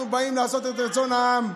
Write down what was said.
אנחנו באים לעשות את רצון העם.